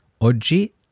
Oggi